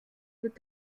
wird